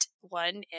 one